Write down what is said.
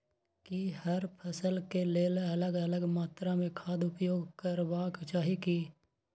की हर फसल के लेल अलग अलग मात्रा मे खाद उपयोग करबाक चाही की?